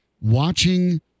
watching